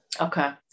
okay